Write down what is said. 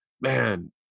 man